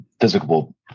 physical